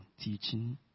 teaching